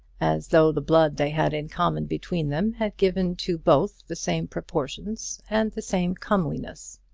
as though the blood they had in common between them had given to both the same proportions and the same comeliness.